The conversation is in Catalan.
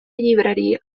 llibreria